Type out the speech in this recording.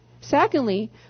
Secondly